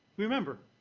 remember,